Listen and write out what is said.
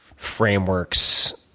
frameworks